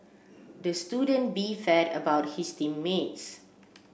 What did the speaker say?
the student beefed about his team mates